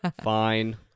Fine